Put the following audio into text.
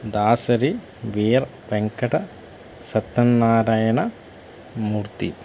Dasari Veera Venkata Satyanarayana Murthy